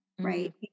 right